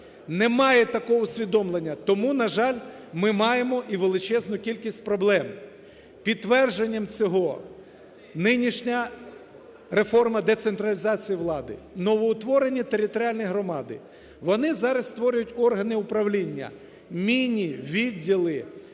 Немає такого усвідомлення. Тому, на жаль, ми маємо і величезну кількість проблем. Підтвердженням цього – нинішня реформа децентралізації влади. Новоутворені територіальні громади, вони зараз створюють органи управління, міні-відділи